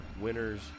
winners